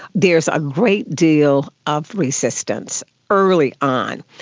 there's a great deal of resistance early on,